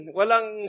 walang